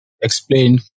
explain